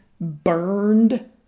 burned